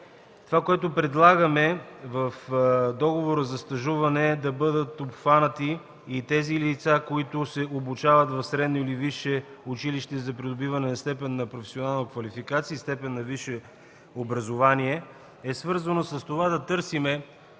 Това, което предлагаме – в договора за стажуване да бъдат обхванати и тези лица, които се обучават в средно или висше училище за придобиване на степен за професионална квалификация и степен на висше образование, е свързано с това да търсим